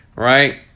right